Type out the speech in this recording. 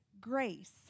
grace